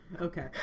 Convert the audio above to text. Okay